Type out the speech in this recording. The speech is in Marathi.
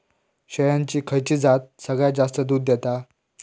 शेळ्यांची खयची जात सगळ्यात जास्त दूध देता?